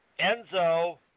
Enzo